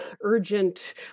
urgent